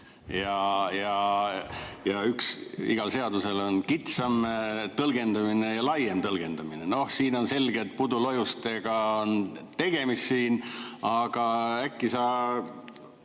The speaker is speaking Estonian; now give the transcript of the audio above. ning igal seadusel on kitsam tõlgendamine ja laiem tõlgendamine. No siin on selge, et pudulojustega on tegemist. Aga äkki sa